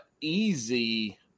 easy